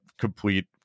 complete